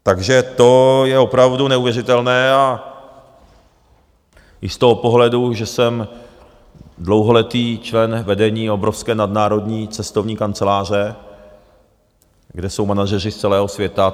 Takže to je opravdu neuvěřitelné i z toho pohledu, že jsem dlouholetý člen vedení obrovské nadnárodní cestovní kanceláře, kde jsou manažeři z celého světa.